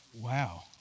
wow